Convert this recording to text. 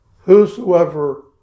Whosoever